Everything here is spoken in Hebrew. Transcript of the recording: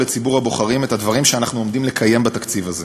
לציבור הבוחרים את הדברים שאנחנו עומדים לקיים בתקציב הזה.